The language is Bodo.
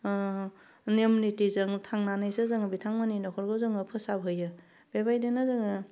नेम नेथिजों थांनानैसो जोङो बिथांमोननि नखरखौ जोङो फोसाव हैयो बेबायदिनो जोङो